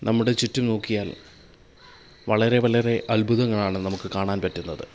നമ്മുടെ ചുറ്റും നോക്കിയാൽ വളരെ വളരെ അത്ഭുതങ്ങളാണ് നമുക്ക് കാണാൻ പറ്റുന്നത്